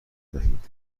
دهید